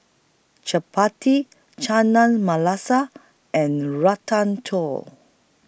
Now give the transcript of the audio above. Chapati Chana and Ratatouille